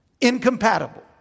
incompatible